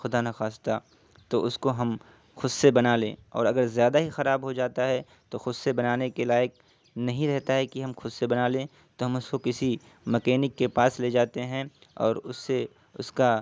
خدا نخواستہ تو اس کو ہم خود سے بنا لیں اور اگر زیادہ ہی خراب ہو جاتا ہے تو خود سے بنانے کے لائق نہیں رہتا ہے کہ ہم خود سے بنا لیں تو ہم اس کو کسی مکینک کے پاس لے جاتے ہیں اور اس سے اس کا